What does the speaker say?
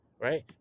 right